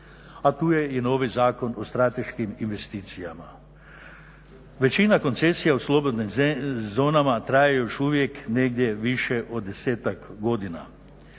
A tu je i novi Zakon o strateškim investicijama. Većina koncesija u slobodnim zonama traje još uvijek negdje više od 10-ak godina,